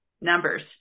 numbers